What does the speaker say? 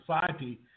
society